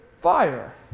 fire